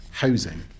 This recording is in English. housing